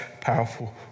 powerful